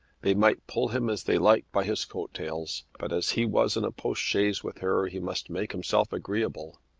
they might pull him as they liked by his coat-tails but as he was in a postchaise with her he must make himself agreeable.